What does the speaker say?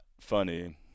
funny